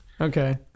Okay